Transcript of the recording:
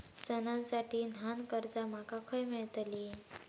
सणांसाठी ल्हान कर्जा माका खय मेळतली?